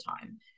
time